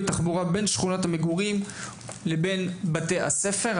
תחבורה בין שכונות המגורים לבין בתי הספר.